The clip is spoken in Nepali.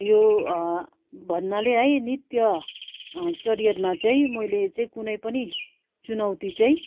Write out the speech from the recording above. यो भन्नाले है नृत्य करियरमा चाहिँ मैले चाहिँ कुनै पनि चुनौती चाहिँ